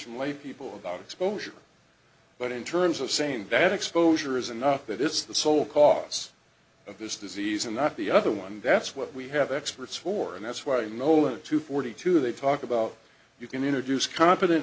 from laypeople about exposure but in terms of saying that exposure is enough that is the sole cause of this disease and not the other one and that's what we have experts for and that's why nolan to forty two they talk about you can introduce co